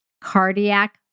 cardiac